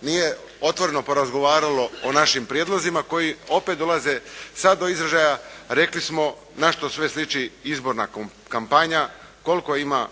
nije otvoreno porazgovaralo o našim prijedlozima koji opet dolaze sad do izražaja. Rekli smo na što sve sliči izborna kampanja, koliko ima